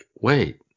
wait